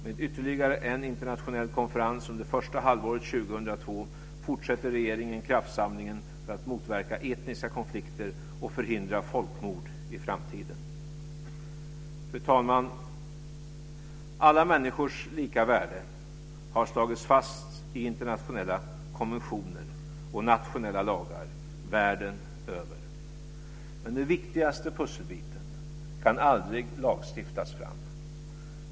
Med ytterligare en internationell konferens under första halvåret 2002 fortsätter regeringen kraftsamlingen för att motverka etniska konflikter och förhindra folkmord i framtiden. Fru talman! Alla människors lika värde har slagits fast i internationella konventioner och nationella lagar världen över. Men den viktigaste pusselbiten kan aldrig lagstiftas fram.